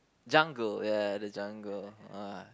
jungle ya the jungle !wah!